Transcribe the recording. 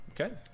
Okay